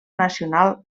nacional